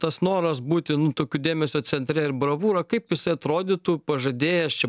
tas noras būti nu tokiu dėmesio centre ir bravūra kaip jisai atrodytų pažadėjęs čia